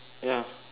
ya